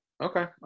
Okay